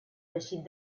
teixit